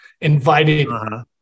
inviting